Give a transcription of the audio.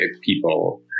people